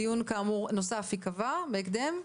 דיון נוסף ייקבע בהקדם.